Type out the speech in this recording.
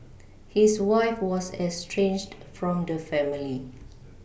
his wife was estranged from the family